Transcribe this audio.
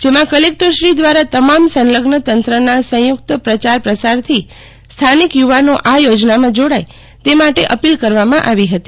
જેમાં કલેક્ટરશ્રી દ્વારા તમામ સંલઝન તંત્રના સંયુક્ત પ્રચાર પ્રસારથી સ્થાનિક યુવાનો આ યોજનામાં જોડાય તે માટે અપીલ કરવાંમાં આવી હતી